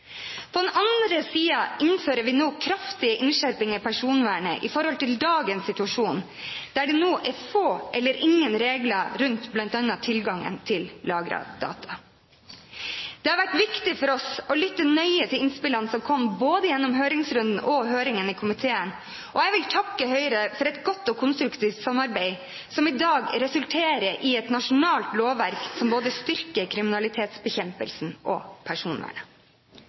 På den andre siden innfører vi nå kraftige innskjerpinger i personvernet i forhold til dagens situasjon, der det nå er få eller ingen regler rundt bl.a. tilgangen til lagrede data. Det har vært viktig for oss å lytte nøye til innspillene som kom både gjennom høringsrunden og høringen i komiteen, og jeg vil takke Høyre for et godt og konstruktivt samarbeid, som i dag resulterer i et nasjonalt lovverk som både styrker kriminalitetsbekjempelsen og personvernet.